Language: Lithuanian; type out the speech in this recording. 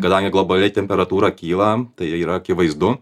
kadangi globali temperatūra kyla tai yra akivaizdu